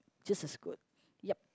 just as good yep